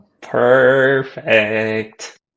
Perfect